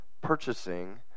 purchasing